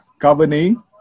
governing